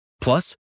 Plus